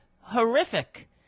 horrific